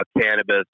cannabis